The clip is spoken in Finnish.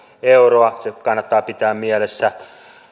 euroa se kannattaa pitää mielessä